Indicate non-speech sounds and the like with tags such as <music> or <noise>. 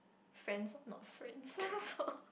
friends or not friends <laughs>